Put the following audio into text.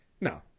no